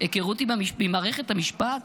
היכרות עם מערכת המשפט?